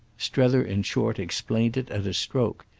strether in short explained it at a stroke.